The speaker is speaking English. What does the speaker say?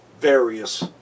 various